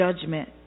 judgment